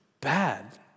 bad